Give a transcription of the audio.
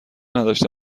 نداشته